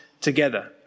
together